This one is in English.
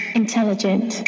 intelligent